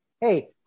hey